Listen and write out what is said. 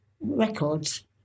records